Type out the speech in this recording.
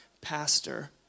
Pastor